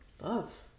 Love